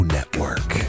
Network